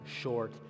short